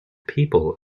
people